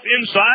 inside